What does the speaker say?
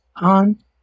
on